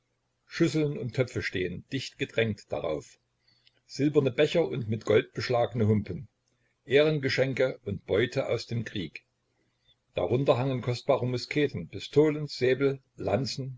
schüsseln und töpfe stehen dicht gedrängt darauf silberne becher und mit gold beschlagene humpen ehrengeschenke und beute aus dem krieg darunter hangen kostbare musketen pistolen säbel lanzen